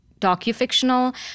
docufictional